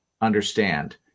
understand